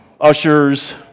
ushers